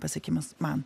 pasiekimas man